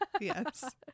Yes